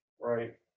Right